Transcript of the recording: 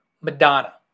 Madonna